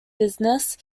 business